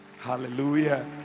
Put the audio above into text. hallelujah